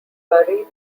buried